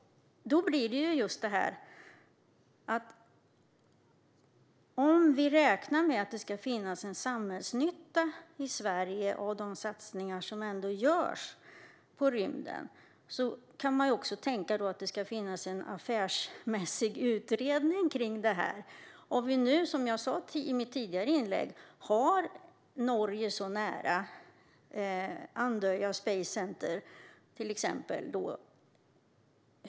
Om vi räknar med att det ska finnas en samhällsnytta i Sverige av de satsningar som ändå görs på rymden kan man ju också tänka sig att det ska finnas en affärsmässig utredning kring detta. Som jag sa i mitt tidigare inlägg har vi Norge nära, till exempel Andøya Space Center.